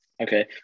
Okay